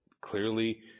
clearly